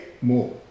more